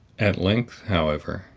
at length, however,